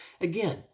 Again